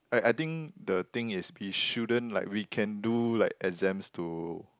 I I think the thing is we shouldn't like we can do like exams to